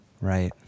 Right